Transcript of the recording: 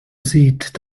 sieht